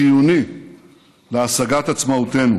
החיוני להשגת עצמאותנו,